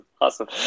awesome